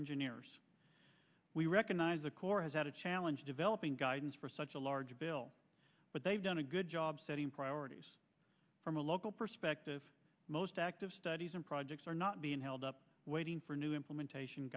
engineers we recognize the corps has had a challenge developing guidance for such a large bill but they've done a good job setting priorities from a local perspective most active studies and projects are not being held up waiting for new implementation